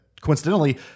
coincidentally